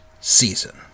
season